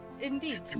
Indeed